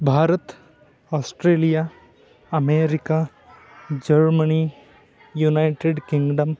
भारतम् Australia America Germany United kingdom